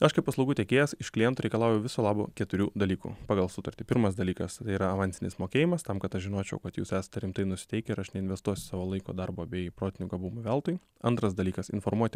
aš kaip paslaugų tiekėjas iš klientų reikalauju viso labo keturių dalykų pagal sutartį pirmas dalykas tai yra avansinis mokėjimas tam kad aš žinočiau kad jūs esate rimtai nusiteikę ir aš neinvestuosiu savo laiko darbo bei protinių gabumų veltui antras dalykas informuoti